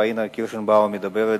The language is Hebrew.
ושל פניה קירשנבאום מדברת